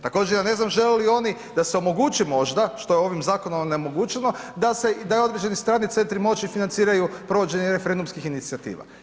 Također, ja ne znam, žele li oni da se omogući možda što je ovim zakonom onemogućeno, da određeni strani centri moći financiranju provođenje referendumskih inicijativa.